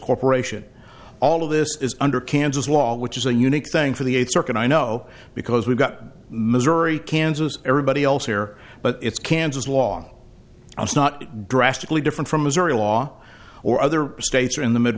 corporation all of this is under kansas law which is a unique thing for the eighth circuit i know because we've got missouri kansas everybody else here but it's kansas law was not drastically different from missouri law or other states or in the mid